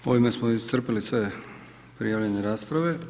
Ovime smo iscrpili sve prijavljene rasprave.